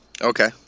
Okay